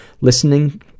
listening